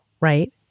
right